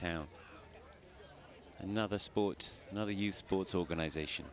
town another sport another youth sports organization